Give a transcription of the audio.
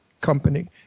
company